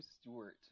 Stewart